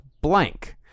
Blank